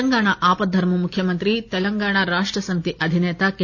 తెలంగాణా ఆపధర్మ ముఖ్యమంత్రి తెలంగాణ రాష్ట సమితి అధినేత కె